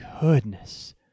goodness